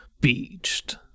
beached